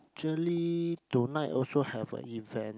actually tonight also have a event